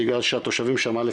בגלל שהתושבים שם א',